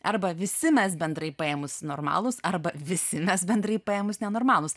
arba visi mes bendrai paėmus normalūs arba visi mes bendrai paėmus nenormalūs